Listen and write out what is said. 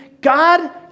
God